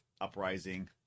Uprising